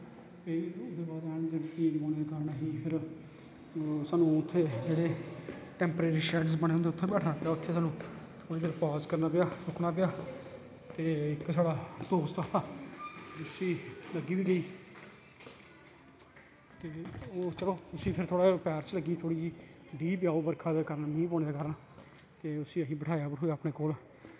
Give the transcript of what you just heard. ते ओह् ऐह्न जेह्ड़ी शुरू होई सानूं उत्थें जेह्ड़े टैंपररी शैड्स बने दे होंदे उत्थोें बैठने गी आखेआ सानूं उत्थें पाज़ करना पेआ रुकना पेआ ते इक साढ़ा दोस्त हा उसी लग्गी बी गेई ते ओह् चलो उसी फिर थोह्ड़ा पैर च लग्गी गेई थोह्ड़ी जेही बरखा दे मींह् पौने दे कारण ते उसी असें बठाया बठुया अपने कोल